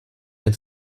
den